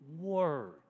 word